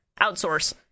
outsource